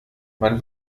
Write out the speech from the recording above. man